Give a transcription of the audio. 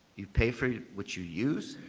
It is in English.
you pay for what you use.